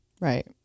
Right